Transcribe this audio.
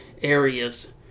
areas